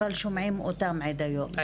אבל שומעים את אותן עדויות.